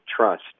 trust